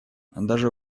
даже